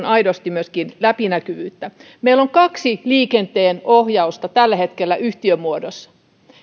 aidosti läpinäkyvyyttä meillä on kaksi liikenteenohjausta tällä hetkellä yhtiömuodossa